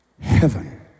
heaven